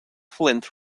flint